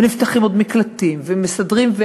ונפתחים עוד מקלטים, ומסדרים,